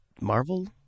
Marvel